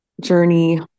journey